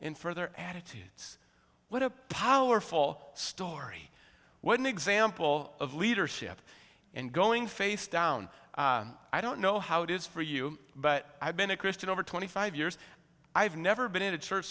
in for their attitudes what a powerful story what an example of leadership and going face down i don't know how it is for you but i've been a christian over twenty five years i've never been in a church